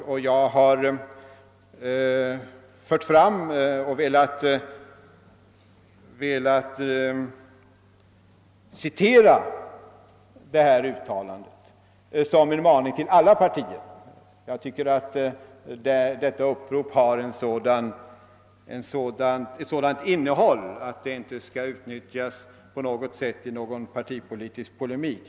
Jag har velat citera detta uttalande som en maning till alla partier. Jag tycker att detta upprop har ett sådant innehåll att det inte på något sätt kan utnyttjas i partipolitisk polemik.